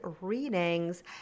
readings